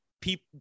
people